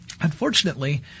Unfortunately